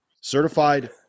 certified